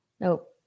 Nope